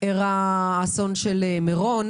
- אירע האסון של מירון